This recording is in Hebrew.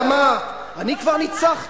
את אמרת: אני כבר ניצחתי,